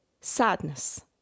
sadness